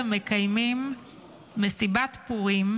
מקיימים מסיבת פורים,